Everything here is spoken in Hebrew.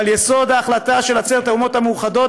ועל יסוד ההחלטה של עצרת האומות המאוחדות,